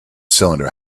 cylinder